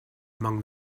among